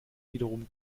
wiederum